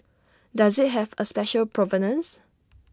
does IT have A special provenance